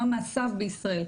מה מעשיו בישראל.